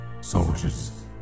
soldiers